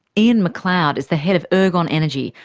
ian mcleod is the head of ergon energy,